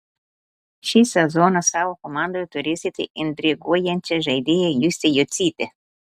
šį sezoną savo komandoje turėsite intriguojančią žaidėją justę jocytę